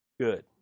Good